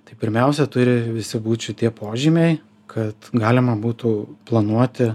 tai pirmiausia turi visi būt šitie požymiai kad galima būtų planuoti